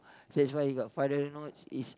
so that's why we got five dollar note is